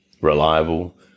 reliable